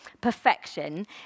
perfection